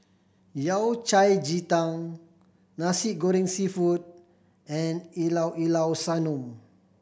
Yao Cai ji tang Nasi Goreng Seafood and Llao Llao Sanum